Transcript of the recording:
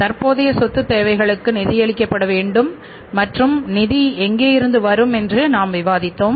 தற்போதைய சொத்து தேவைகளுக்கு நிதியளிக்கப்பட வேண்டும் மற்றும் நிதி எங்கே இருந்து வரும் என்று நாம் விவாதித்தோம்